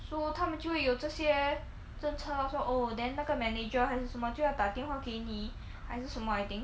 so 他们就会有这些政策 lor 说 oh then 那个 manager 还是什么就要打电话给你还是什么 I think